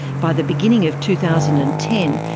by the beginning of two thousand and ten,